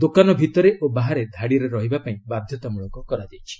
ଦୋକାନ ଭିତରେ ଓ ବାହାରେ ଧାଡ଼ିରେ ରହିବାକୁ ବାଧ୍ୟତାମୂଳକ କରାଯାଇଛି